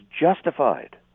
justified